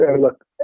look